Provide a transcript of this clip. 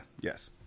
yes